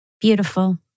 Beautiful